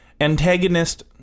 antagonist